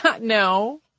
no